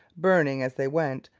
burning, as they went,